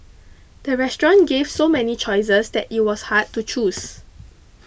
the restaurant gave so many choices that it was hard to choose